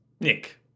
Nick